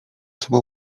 sobą